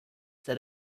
that